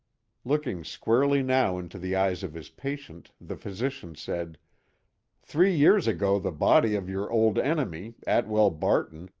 looking squarely now into the eyes of his patient, the physician said three years ago the body of your old enemy, atwell barton,